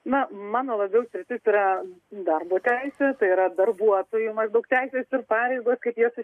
na mano labiau sritis yra darbo teisė tai yra darbuotojų maždaug teisės ir pareigos kaip jas